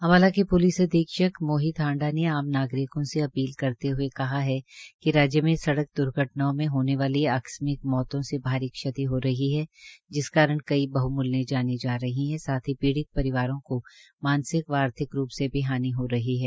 अम्बाला के प्लिस अधीक्षक मोहित हांडा ने आम नागरिकों से अपील करते हये कहा है कि राज्य में सडक द्र्घटनओं में होने वाली आकस्क्मिक मौतों से भारी क्षति हो रही है जिस कारण पीडि़त परिवारों को मानसकि व आर्थिक रूप से भी हानि हो रही है